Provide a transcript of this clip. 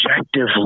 objectively